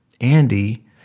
Andy